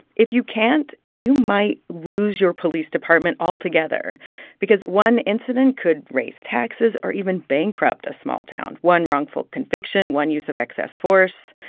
if you can't, you might lose your police department altogether because one incident could raise taxes or even bankrupt a small town one wrongful conviction, one use of excess force.